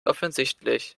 offensichtlich